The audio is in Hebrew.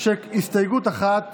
הסתייגות מס' 1,